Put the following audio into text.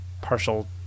partial